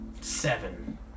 seven